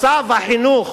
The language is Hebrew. מצב החינוך